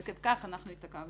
עקב כך גם אנחנו התעכבנו.